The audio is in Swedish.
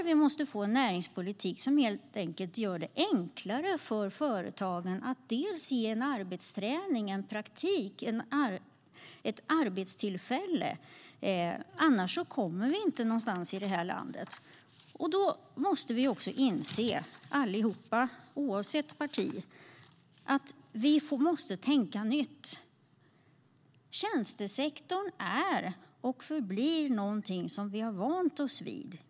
Vi måste få en näringspolitik som gör det enklare för företagen att ge arbetsträning, praktik och arbetstillfällen, annars kommer vi inte någonstans i det här landet. Då måste vi också - allihop oavsett parti - inse att vi måste tänka nytt. Tjänstesektorn är och förblir någonting som vi har vant oss vid.